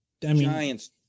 Giants